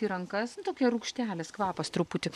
į rankas nu tokia rūgštelės kvapas truputį